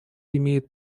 имеет